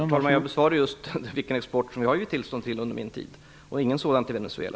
Herr talman! Jag har just redovisat vilken export jag har givit tillstånd till under min tid - ingen sådan till Venezuela.